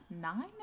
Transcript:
Nine